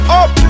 up